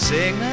Sing